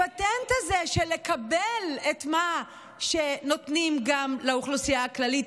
הפטנט הזה של לקבל את מה שנותנים גם לאוכלוסייה הכללית